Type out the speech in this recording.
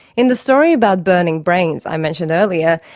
in the story about burning brains i mentioned earlier,